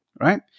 right